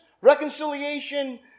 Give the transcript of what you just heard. reconciliation